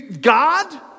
God